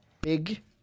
Big